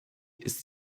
ist